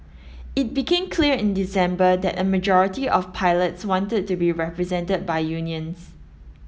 it became clear in December that a majority of pilots wanted to be represented by unions